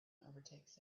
overtakes